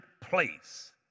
place